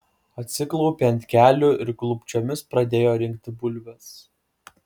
atsiklaupė ant kelių ir klūpsčiomis pradėjo rinkti bulves